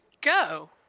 go